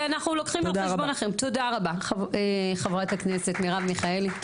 תודה רבה, חברת הכנסת מרב מיכאלי.